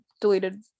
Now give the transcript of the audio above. deleted